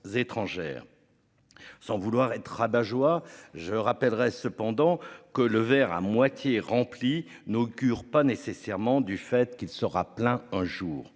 étrangères. Sans vouloir être rabat-joie, je rappellerai cependant que le verre à moitié rempli nos cure pas nécessairement du fait qu'il sera plein un jour